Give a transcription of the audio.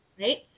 right